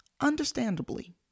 understandably